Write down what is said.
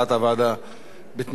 בתמיכתם של 14 חברי כנסת,